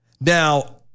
Now